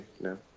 No